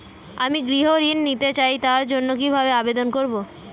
আমি গৃহ ঋণ নিতে চাই তার জন্য কিভাবে আবেদন করব?